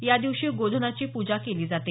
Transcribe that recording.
या दिवशी गोधनाची पूजा केली जाते